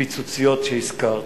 "פיצוציות" שהזכרת,